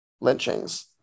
lynchings